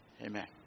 Amen